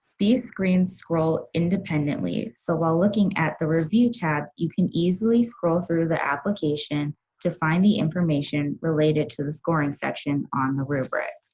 these screens scroll independently so while looking at the review tab, you can easily scroll through the application to find the information related to the scoring section on the rubric.